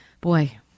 Boy